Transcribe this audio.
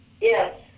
Yes